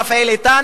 רפאל איתן,